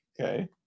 Okay